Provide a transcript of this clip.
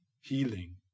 healing